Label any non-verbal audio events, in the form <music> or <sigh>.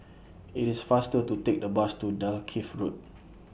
IT IS faster to Take The Bus to Dalkeith Road <noise>